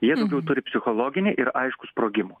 jie daugiau turi psichologinį ir aišku sprogimo